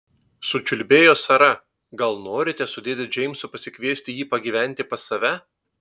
sučiulbėjo sara gal norite su dėde džeimsu pasikviesti jį pagyventi pas save